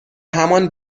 همان